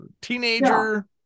teenager